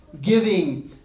giving